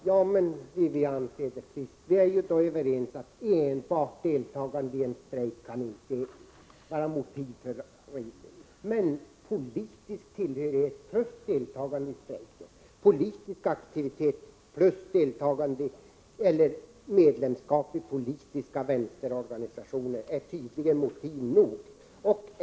Herr talman! Ja men, Wivi-Anne Cederqvist, vi är ju överens om att enbart deltagande i strejk inte kan vara motiv för registrering. Men politisk tillhörighet plus deltagande i strejk, politisk aktivitet plus medlemskap i politiska vänsterorganisationer är tydligen motiv nog.